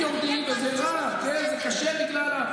מיליון שקל, אין לכם.